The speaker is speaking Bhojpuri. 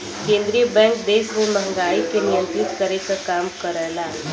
केंद्रीय बैंक देश में महंगाई के नियंत्रित करे क काम करला